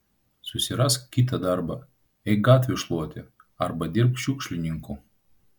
susirask kitą darbą eik gatvių šluoti arba dirbk šiukšlininku